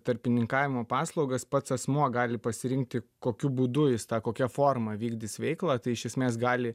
tarpininkavimo paslaugas pats asmuo gali pasirinkti kokiu būdu jis tą kokia forma vykdys veiklą tai iš esmės gali